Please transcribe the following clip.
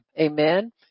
Amen